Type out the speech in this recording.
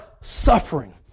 suffering